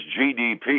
GDP